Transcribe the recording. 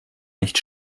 nicht